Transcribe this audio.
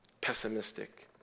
pessimistic